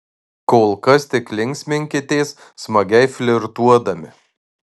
kol kas tik linksminkitės smagiai flirtuodami